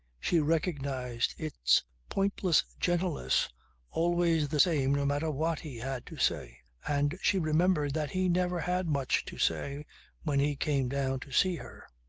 she recognized its pointless gentleness always the same no matter what he had to say. and she remembered that he never had much to say when he came down to see her.